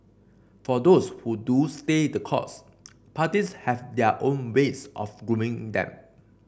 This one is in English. for those who do stay the course parties have their own ways of grooming them